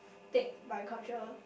take by culture